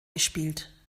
gespielt